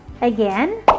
again